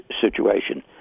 situation